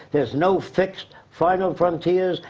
there's no fix final frontiers,